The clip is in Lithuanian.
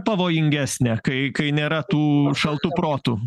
pavojingesnė kai kai nėra tų šaltų protų